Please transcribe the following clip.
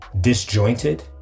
disjointed